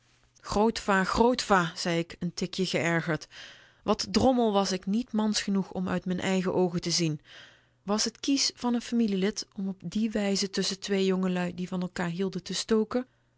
grootva grootva zei ik n tikje geërgerd wat drommel was ik niet mans genoeg om uit m'n eigen oogen te zien was t kiesch van n familielid om op die wijze tusschen twee jongelui die van elkander hielden te stoken